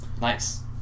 Nice